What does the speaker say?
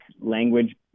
language